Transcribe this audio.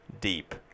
deep